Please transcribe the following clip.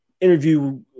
interview